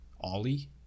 Ollie